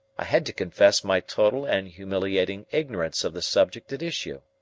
i had to confess my total and humiliating ignorance of the subject at issue.